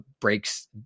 breaks